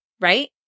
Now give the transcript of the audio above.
right